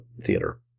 theater